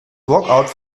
workout